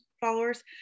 followers